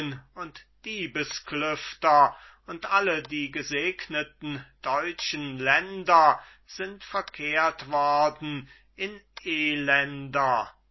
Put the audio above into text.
und diebesklüfter und alle die gesegneten deutschen länder sind verkehrt worden in elender